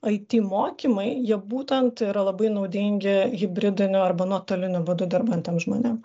it mokymai jie būtent yra labai naudingi hibridiniu arba nuotoliniu būdu dirbantiem žmonėm